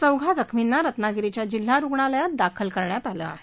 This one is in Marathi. चौघा जखमींना रत्नागिरीच्या जिल्हा रुग्णालयात दाखल करण्यात आलं आहे